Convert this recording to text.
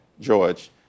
George